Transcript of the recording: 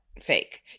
Fake